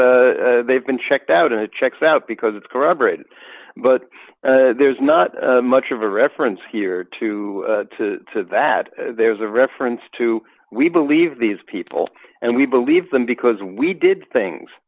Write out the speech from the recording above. they've been checked out and of checks out because it's corroborated but there's not much of a reference here to to to that there's a reference to we believe these people and we believe them because we did things